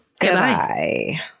Goodbye